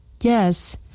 Yes